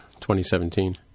2017